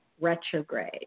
retrograde